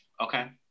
Okay